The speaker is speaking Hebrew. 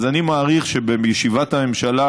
אז אני מעריך שבישיבת הממשלה,